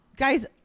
Guys